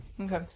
Okay